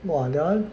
!wah! that one